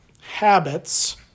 habits